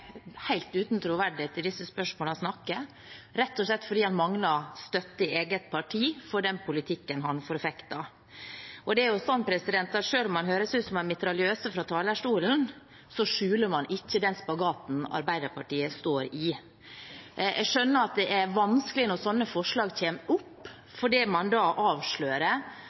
uten troverdighet i disse spørsmålene han snakker om, rett og slett fordi han mangler støtte i eget parti for den politikken han forfekter. Og det er jo slik at selv om han høres ut som en mitraljøse fra talerstolen, skjuler man ikke den spagaten Arbeiderpartiet står i. Jeg skjønner at det er vanskelig når slike forslag kommer opp, for det man da avslører,